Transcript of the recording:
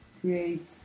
create